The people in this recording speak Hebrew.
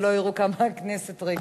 שלא יראו כמה הכנסת ריקה.